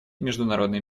международной